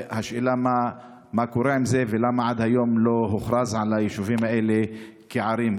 והשאלה היא מה קורה עם זה ולמה עד היום לא הוכרזו היישובים האלה כערים.